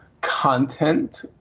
content